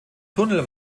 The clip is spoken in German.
tunnel